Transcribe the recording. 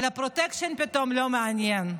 אבל הפרוטקשן פתאום לא מעניין.